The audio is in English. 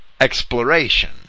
exploration